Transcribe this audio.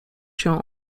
się